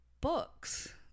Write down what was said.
books